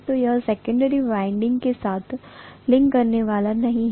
तो यह secondary winding के साथ लिंक करने वाला नहीं है